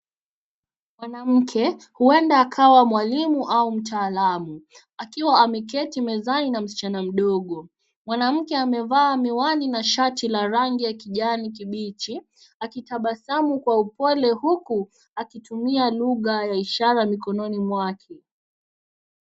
Mwanamke huenda akawa mwalimu au mtaalamu akiwa ameketi mezani na msichana mdogo. Mwanamke amevaa miwani na shati la rangi ya kijani kibichi, akitabasamu kwa upole, huku akitumia lugha ya ishara mikononi mwake.